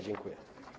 Dziękuję.